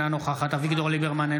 אינה נוכחת אביגדור ליברמן,